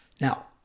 Now